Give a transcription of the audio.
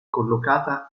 collocata